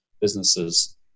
businesses